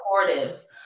supportive